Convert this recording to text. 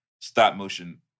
stop-motion